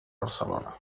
barcelona